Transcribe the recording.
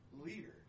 leader